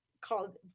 called